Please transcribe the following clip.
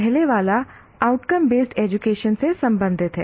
पहले वाला outcome based education से संबंधित है